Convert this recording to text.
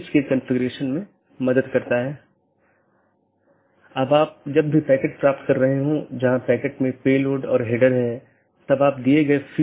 तो AS1 में विन्यास के लिए बाहरी 1 या 2 प्रकार की चीजें और दो बाहरी साथी हो सकते हैं